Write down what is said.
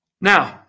now